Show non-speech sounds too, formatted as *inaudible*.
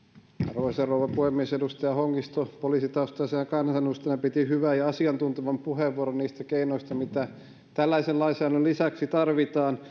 arvoisa rouva puhemies edustaja hongisto poliisitaustaisena kansanedustajana piti hyvän ja asiantuntevan puheenvuoron niistä keinoista mitä tällaisen lainsäädännön lisäksi tarvitaan *unintelligible*